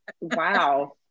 Wow